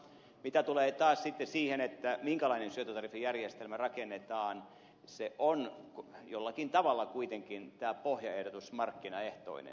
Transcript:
mitä tulee taas sitten siihen minkälainen syöttötariffijärjestelmä rakennetaan se on jollakin tavalla kuitenkin tämä pohjaehdotus markkinaehtoinen